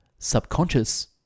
subconscious